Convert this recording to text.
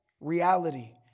reality